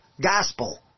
gospel